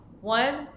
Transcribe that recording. One